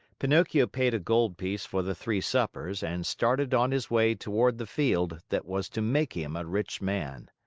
pinocchio paid a gold piece for the three suppers and started on his way toward the field that was to make him a rich man.